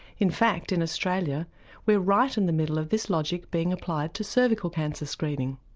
in fact in australia we're right in the middle of this logic being applied to cervical cancer screening.